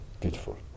Beautiful